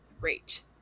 great